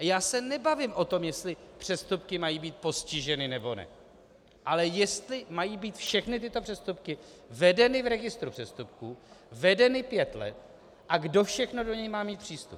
Já se nebavím o tom, jestli přestupky mají být postiženy, nebo ne, ale jestli mají být všechny tyto přestupky vedeny v registru přestupků, vedeny pět let, a kdo všechno do něj má mít přístup.